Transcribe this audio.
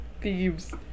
thieves